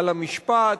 על המשפט,